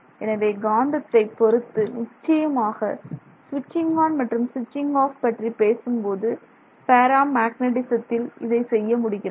எனவே காந்தத்தை பொறுத்து நிச்சயமாக சுவிட்சிங் ஆன் மற்றும் சுவிட்சிங் ஆப் பற்றிப் பேசும்போது பேரா மேக்னெட்டிசத்தில் இதை செய்ய முடிகிறது